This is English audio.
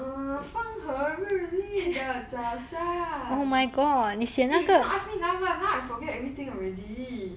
err 风和日丽的早上 eh you cannot ask me now lah now I forget everything already